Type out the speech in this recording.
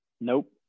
nope